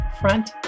Front